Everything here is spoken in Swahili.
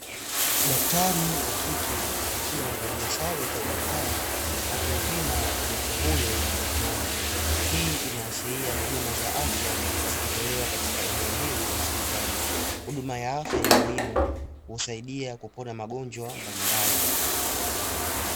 Daktari wa kike akiwa amevalia sare za udaktari akimpima mgonjwa huyo wa kiume, hii inaashiria huduma za afya zikitolewa katika eneo hili la hospitali. Huduma ya afya ni muhimu husaidia kupona magonjwa mbalimbali.